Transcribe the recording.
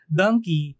donkey